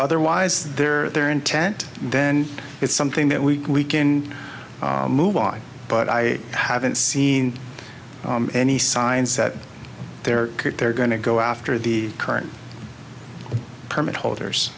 otherwise there their intent then it's something that we can move on but i haven't seen any signs that they're they're going to go after the current permit holders